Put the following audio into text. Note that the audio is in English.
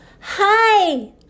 Hi